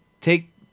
take